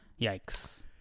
Yikes